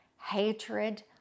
hatred